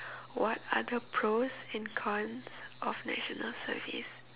what are the pros and cons of National Service